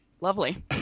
Lovely